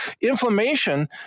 Inflammation